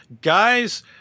Guys